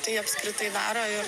tai apskritai daro ir